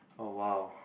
oh !wow!